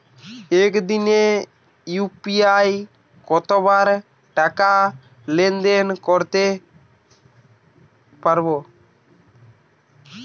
একদিনে ইউ.পি.আই কতবার টাকা লেনদেন করতে পারব?